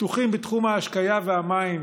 פיתוחים בתחום ההשקיה והמים,